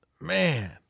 Man